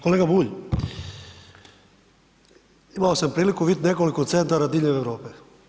Kolega Bulj, imao sam priliku vidjeti nekoliko centara diljem Europe.